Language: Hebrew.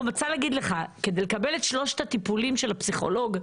נמצאת בתוך שיח ההסכמות,